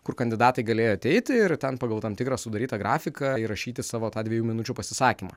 kur kandidatai galėjo ateiti ir ten pagal tam tikrą sudarytą grafiką įrašyti savo tą dviejų minučių pasisakymą